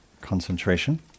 concentration